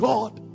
God